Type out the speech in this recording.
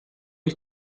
ist